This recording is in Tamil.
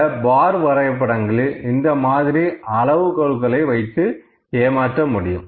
இந்த பார் வரைபடங்களில் இந்த மாதிரி அளவுகோல்களை வைத்து ஏமாற்ற முடியும்